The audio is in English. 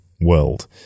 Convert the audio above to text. world